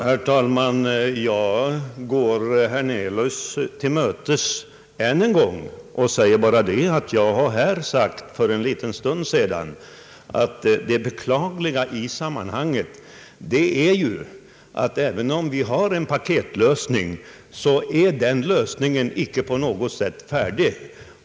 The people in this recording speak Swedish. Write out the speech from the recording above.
Herr talman! Jag går herr Hernelius tillmötes ännu en gång. Jag har här för en liten stund sedan sagt att det beklagliga i sammanhanget är att även om vi har en paketlösning så är den lösningen icke på något sätt färdig.